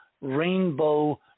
rainbow